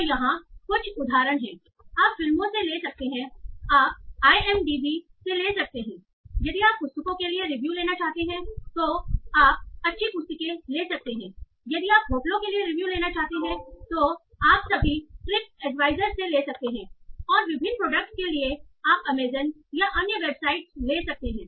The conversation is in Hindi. तो यहाँ कुछ उदाहरण हैं आप फिल्मों से ले सकते हैं आप आई एम डी बी से ले सकते हैं यदि आप पुस्तकों के लिए रिव्यू लेना चाहते हैं तो आप अच्छी पुस्तकें ले सकते हैं यदि आप होटलों के लिए रिव्यू लेना चाहते हैं तो आप सभी ट्रिप एडवाइजर से ले सकते हैं और विभिन्न प्रोडक्ट्स के लिए आप अमेज़न या अन्य वेबसाइट ले सकते हैं